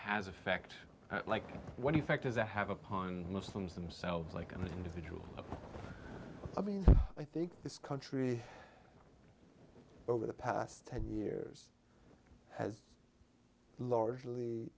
has effect like when you factors that have upon muslims themselves like an individual i mean i think this country over the past ten years has largely